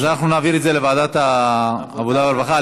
אז אנחנו נעביר את זה לוועדת העבודה והרווחה.